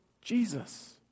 Jesus